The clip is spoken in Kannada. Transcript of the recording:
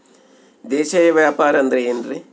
ದೇಶೇಯ ವ್ಯಾಪಾರ ಅಂದ್ರೆ ಏನ್ರಿ?